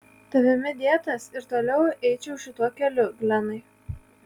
tavimi dėtas ir toliau eičiau šituo keliu glenai